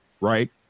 right